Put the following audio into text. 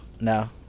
no